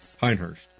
Pinehurst